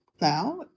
now